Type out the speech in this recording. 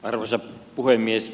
arvoisa puhemies